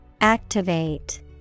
Activate